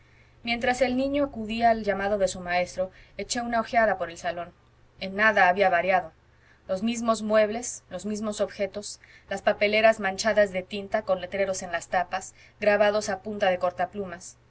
mientras el niño acudía al llamado de su maestro eché una ojeada por el salón en nada había variado los mismos muebles los mismos objetos las papeleras manchadas de tinta con letreros en las tapas grabados a punta de cortaplumas